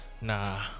Nah